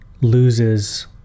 loses